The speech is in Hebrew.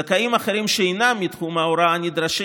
זכאים אחרים שאינם מתחום ההוראה נדרשים